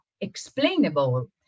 explainable